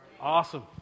awesome